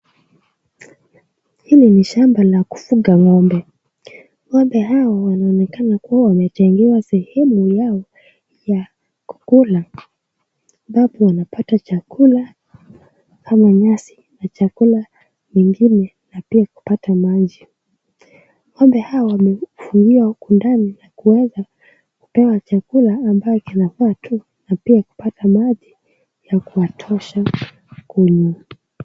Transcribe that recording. Hili ni shamba la kufuga ng'ombe. Ng'ombe hawa wanaonekana kuwa wametengewa sehemu yao ya kukula ambapo wanapata chakula ama nyasi na chakula ingine na pia kupata maji. Ng'ombe hawa wamefungiwa huku ndani ili kuweza kupewa chakula ambayo kinafaa pia kupata maji ya kuwatosha kunywa.